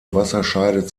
wasserscheide